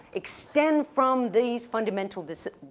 extend from these fundamental disa,